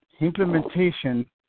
implementation